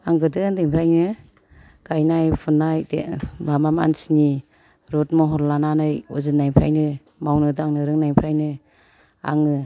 आं गोदो उन्दैनिफ्रायनो गायनाय फुनाय बे माबा मानसिनि रुद महर लानानै उजिनायनिफ्रायनो मावनो दांनो रोंनायनिफ्रायनो आङो